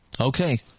Okay